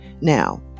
Now